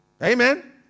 Amen